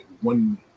one